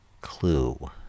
Clue